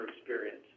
experience